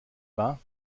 wahr